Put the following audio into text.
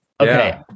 Okay